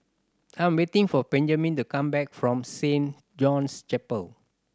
I am waiting for Benjman to come back from Saint John's Chapel